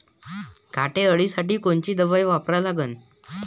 घाटे अळी साठी कोनची दवाई वापरा लागन?